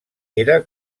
era